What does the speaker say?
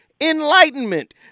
enlightenment